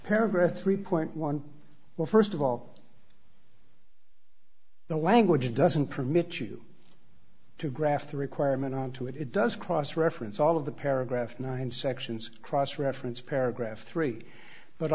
paragraph three point one well st of all the language doesn't permit you to graft a requirement onto it it does cross reference all of the paragraph nine sections cross reference paragraph three but